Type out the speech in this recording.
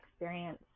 experience